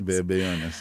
be abejonės